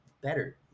better